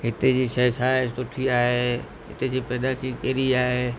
हिते जी शइ छा आहे सुठी आहे हिते जी पैदाएशी कहिड़ी आहे